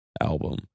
album